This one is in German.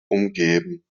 umgeben